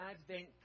Advent